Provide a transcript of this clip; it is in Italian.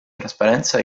trasparenza